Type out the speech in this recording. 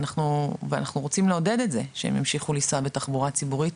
ואנחנו רוצים לעודד את זה שהם ימשיכו לנסוע בתחבורה ציבורית.